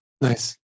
Nice